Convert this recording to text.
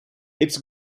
its